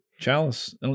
Chalice